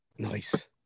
Nice